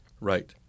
right